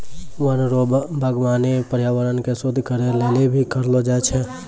वन रो वागबानी पर्यावरण के शुद्ध करै लेली भी करलो जाय छै